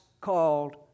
called